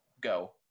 go